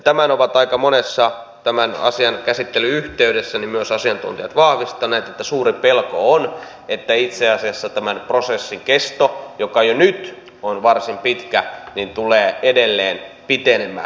tämän ovat aika monessa tämän asian käsittelyn yhteydessä myös asiantuntijat vahvistaneet että suuri pelko on että itse asiassa tämän prosessin kesto joka jo nyt on varsin pitkä tulee edelleen pitenemään